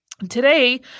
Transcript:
Today